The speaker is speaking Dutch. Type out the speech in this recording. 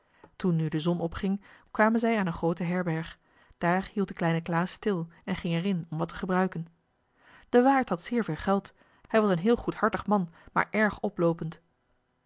toen nu de zon opging kwamen zij aan een groote herberg daar hield de kleine klaas stil en ging er in om wat te gebruiken de waard had zeer veel geld hij was een heel goedhartig man maar erg oploopend